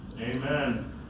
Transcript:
Amen